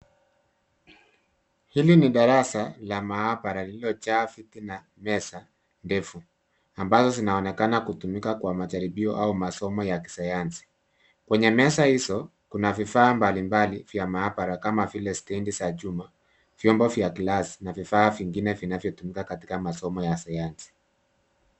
Hili ni darasa la maabara lililojaa viti na meza ndefu ambazo zinaonekana kutumika kwa majaribio au masomo ya kisayansi. Kwenye meza hizo, kuna vifaa mbalimbali vya maabara kama vile stendi za chuma, vyombo vya gilasi na vifaa vingine vinavyotumika katika masomo ya sayansi.